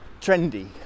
trendy